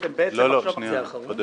אני עידו